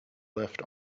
left